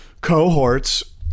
cohorts